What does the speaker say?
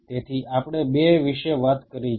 તેથી આપણે બે વિશે વાત કરી છે